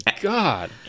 God